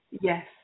yes